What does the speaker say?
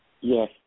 Yes